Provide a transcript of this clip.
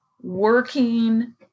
working